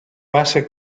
base